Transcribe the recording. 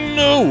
no